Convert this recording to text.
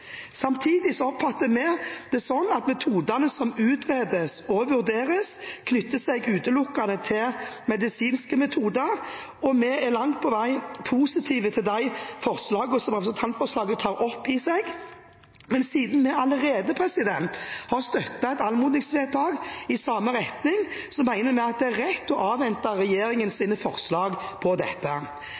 Samtidig oppfatter vi det slik at metodene som utredes og vurderes, utelukkende knyttes til medisinske metoder. Vi er langt på vei positive til de forslagene som representantforslaget tar opp, men siden vi allerede har støttet et anmodningsvedtak i samme retning, mener vi det er rett å avvente regjeringens forslag om dette.